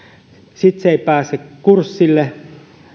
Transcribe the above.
eikä pääse kurssille